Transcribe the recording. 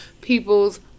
people's